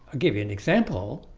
give you an example.